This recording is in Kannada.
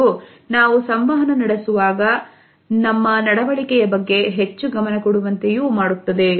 ಹಾಗೂ ನಾವು ಸಂವಹನ ನಡೆಸುವಾಗ ನಮ್ಮ ನಡವಳಿಕೆಯ ಬಗ್ಗೆ ಹೆಚ್ಚು ಗಮನ ಕೊಡುವಂತೆಯೂ ಮಾಡುತ್ತದೆ